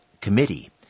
committee